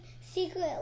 secret